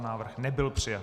Návrh nebyl přijat.